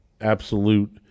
absolute